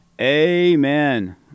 Amen